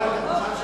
צריך לברך,